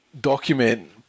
document